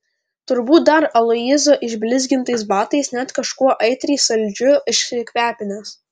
turbūt dar aloyzo išblizgintais batais net kažkuo aitriai saldžiu išsikvepinęs